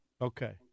Okay